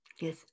Yes